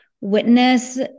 witness